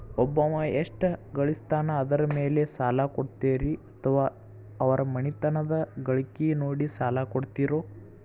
ಒಬ್ಬವ ಎಷ್ಟ ಗಳಿಸ್ತಾನ ಅದರ ಮೇಲೆ ಸಾಲ ಕೊಡ್ತೇರಿ ಅಥವಾ ಅವರ ಮನಿತನದ ಗಳಿಕಿ ನೋಡಿ ಸಾಲ ಕೊಡ್ತಿರೋ?